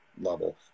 level